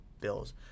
Bills